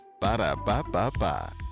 Ba-da-ba-ba-ba